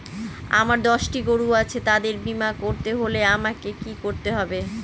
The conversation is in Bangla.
আমার দশটি গরু আছে তাদের বীমা করতে হলে আমাকে কি করতে হবে?